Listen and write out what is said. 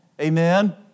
Amen